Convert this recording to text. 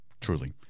truly